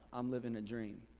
i'm living a dream.